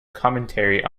commentary